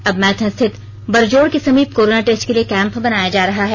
अब मैथन स्थित बरजोड़ के समीप कोरोना टेस्ट के लिए कैंप बनाया जा रहा है